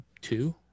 Two